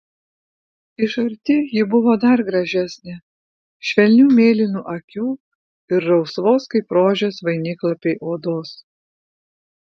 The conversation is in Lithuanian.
iš arti ji buvo dar gražesnė švelnių mėlynų akių ir rausvos kaip rožės vainiklapiai odos